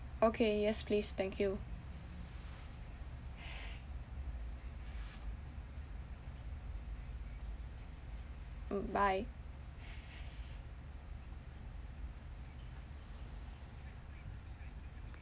okay yes please thank you mm bye